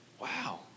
wow